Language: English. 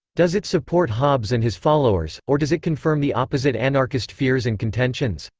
does it support hobbes and his followers, or does it confirm the opposite anarchist fears and contentions?